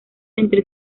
entre